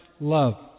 love